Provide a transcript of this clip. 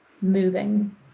moving